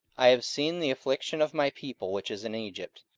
i have seen the affliction of my people which is in egypt,